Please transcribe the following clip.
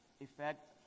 effect